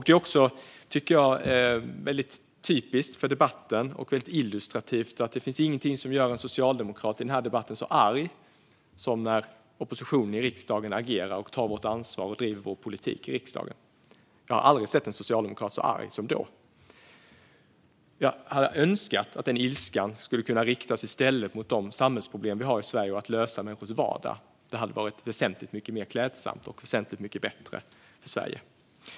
Det är också, tycker jag, väldigt typiskt och illustrativt för debatten att det inte finns någonting som gör en socialdemokrat i den här debatten så arg som när oppositionen agerar och tar vårt ansvar och driver vår politik i riksdagen. Jag har aldrig sett en socialdemokrat så arg som då. Jag hade önskat att den ilskan i stället skulle kunna riktas mot de samhällsproblem vi har i Sverige och till att lösa människors vardag. Det hade varit väsentligt mycket mer klädsamt och väsentligt mycket bättre för Sverige.